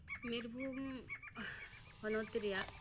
ᱵᱤᱨᱵᱷᱩᱢ ᱦᱚᱱᱚᱛ ᱨᱮᱭᱟᱜ